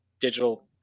digital